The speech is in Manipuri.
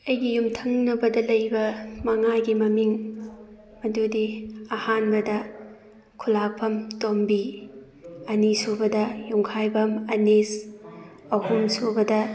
ꯑꯩꯒꯤ ꯌꯨꯝꯊꯪꯅꯕꯗ ꯂꯩꯕ ꯃꯉꯥꯒꯤ ꯃꯃꯤꯡ ꯑꯗꯨꯗꯤ ꯑꯍꯥꯟꯕꯗ ꯈꯨꯜꯂꯥꯛꯐꯝ ꯇꯣꯝꯕꯤ ꯑꯅꯤꯁꯨꯕꯗ ꯌꯨꯝꯈꯥꯏꯕꯝ ꯑꯅꯤꯁ ꯑꯍꯨꯝ ꯁꯨꯕꯗ